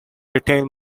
retail